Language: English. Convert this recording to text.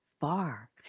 far